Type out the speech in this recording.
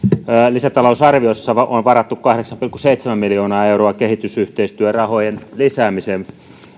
lisätalousarviossa on varattu kahdeksan pilkku seitsemän miljoonaa euroa kehitysyhteistyörahojen lisäämiseen